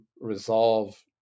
resolve